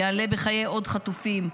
יעלה בחיי עוד חטופים,